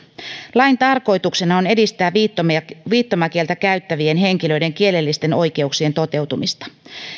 lain tarkoituksena on edistää viittomakieltä käyttävien henkilöiden kielellisten oikeuksien toteutumista